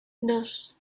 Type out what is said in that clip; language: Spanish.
dos